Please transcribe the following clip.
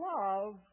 love